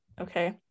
okay